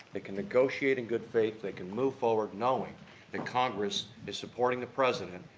they can negotiate in good faith. they can move forward knowing that congress is supporting the president,